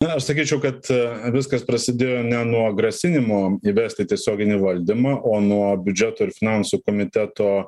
na aš sakyčiau kad viskas prasidėjo ne nuo grasinimo įvesti tiesioginį valdymą o nuo biudžeto ir finansų komiteto